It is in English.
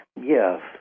Yes